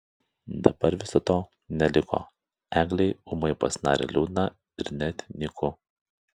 dabar viso to neliko eglei ūmai pasidarė liūdna ir net nyku